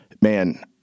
man